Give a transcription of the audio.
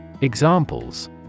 Examples